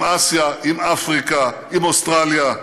עם אסיה, עם אפריקה, עם אוסטרליה.